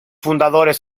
fundadores